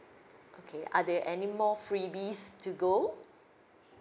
okay are there any more freebies to go